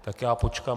Tak já počkám.